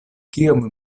kiom